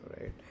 right